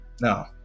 No